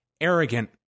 Arrogant